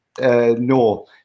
no